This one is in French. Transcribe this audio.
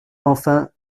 enfin